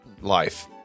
life